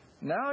now